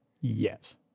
Yes